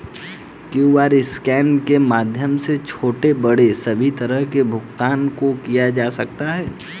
QR scan के माध्यम से छोटे बड़े सभी तरह के भुगतान को किया जा सकता है